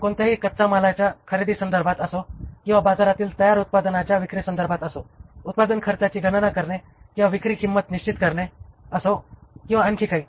ते कोणत्याही कच्चा मालाच्या खरेदीसंदर्भात असो किंवा बाजारातील तयार उत्पादनांच्या विक्रीसंदर्भात असो उत्पादन खर्चाची गणना करणे किंवा विक्री किंमत निश्चित करणे असो किंवा आणखी काही